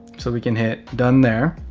so we can hit done there.